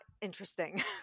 interesting